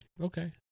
okay